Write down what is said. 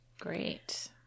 Great